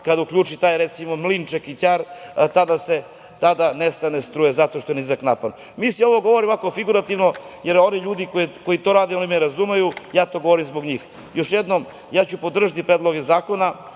kada uključi recimo taj mlin čekićar, tada nestane struje zato što je nizak napon. Sve ovo govorim figurativno, jer oni ljudi koji to rade oni me razumeju, ja to govorim zbog njih. Još jednom, ja ću podržati predloge zakona